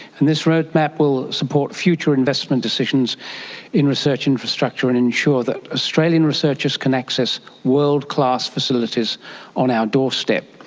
and this roadmap will support future investment decisions in research infrastructure and ensure that australian researchers can access world-class facilities on our doorstep.